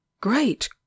great